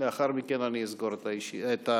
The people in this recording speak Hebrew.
לאחר מכן אסגור את הרשימה.